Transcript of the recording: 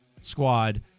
squad